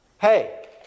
hey